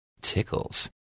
tickles